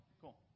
Cool